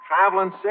traveling